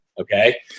okay